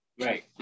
right